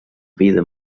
vida